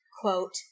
quote